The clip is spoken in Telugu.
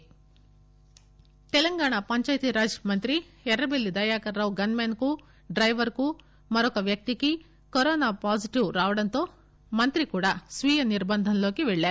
శంకర్ ఎర్రబెల్లి తెలంగాణ పంచాయతీ రాజ్ మంత్రి ఎర్రబెల్లి దయాకర్ రావు గన్ మెన్ కు డైవర్ కు మరొక వ్యక్తికి కరోనావైరస్ పాజిటివ్ రావడంతో మంత్రి కూడా స్వీయ నిర్బంధంలోకి పెళ్ళారు